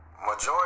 majority